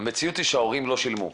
המציאות הייתה שהורים לא שילמו.